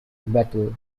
battle